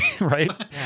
Right